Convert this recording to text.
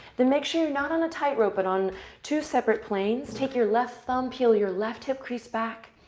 then make sure you're not on a tightrope, but on two separate planes. take your left thumb, peel your left hip crease back.